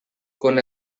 con